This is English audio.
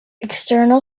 external